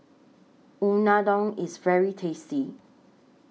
Unadon IS very tasty